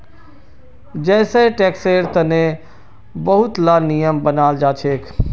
जै सै टैक्सेर तने बहुत ला नियम बनाल जाछेक